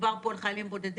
דובר פה על חיילים בודדים,